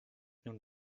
nun